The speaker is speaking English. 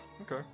okay